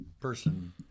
person